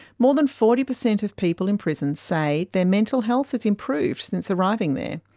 more than forty percent of people in prison say their mental health has improved since arriving there.